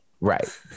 Right